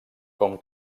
com